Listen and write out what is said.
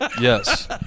Yes